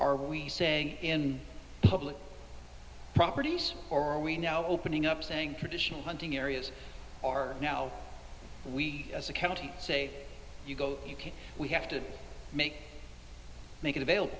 are we saying in public properties or are we now opening up saying traditional hunting areas are now we as a county say you go you can't we have to make make it